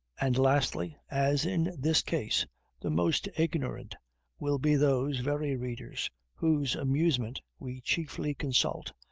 and, lastly, as in this case the most ignorant will be those very readers whose amusement we chiefly consult,